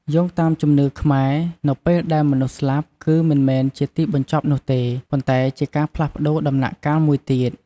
យោងតាមជំនឿខ្មែរ នៅពេលដែលមនុស្សស្លាប់ គឺមិនមែនជាទីបញ្ចប់នោះទេ ប៉ុន្តែជាការផ្លាស់ប្ដូរដំណាក់កាលមួយទៀត។